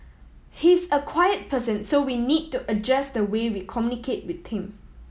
he's a quiet person so we need to adjust the way we communicate with him